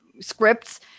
scripts